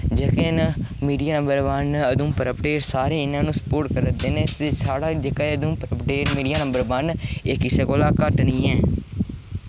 जेह्के न media number one Udhampur update सारे इ'नें गी स्पोर्ट करा करदे न साढ़ा एह् निक्का जेहा Udhampur update media number one एह् कुसै कोला घट्ट निं ऐ